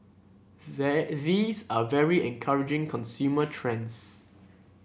they these are very encouraging consumer trends